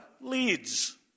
leads